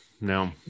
no